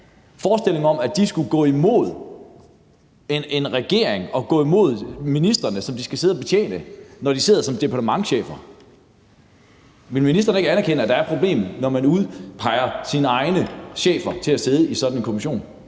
forestillingen om at de skulle gå imod en regering og gå imod ministrene, som de skal sidde og betjene, når de sidder som departementschefer: Vil ministeren ikke anerkende, at der er et problem, når man udpeger sine egne chefer til at sidde i sådan en kommission?